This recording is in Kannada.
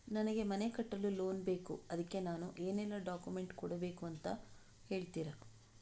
ನನಗೆ ಮನೆ ಕಟ್ಟಲು ಲೋನ್ ಬೇಕು ಅದ್ಕೆ ನಾನು ಏನೆಲ್ಲ ಡಾಕ್ಯುಮೆಂಟ್ ಕೊಡ್ಬೇಕು ಅಂತ ಹೇಳ್ತೀರಾ?